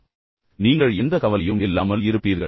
மேலும் நீங்கள் எந்த கவலையும் இல்லாமல் இருப்பீர்கள்